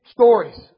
stories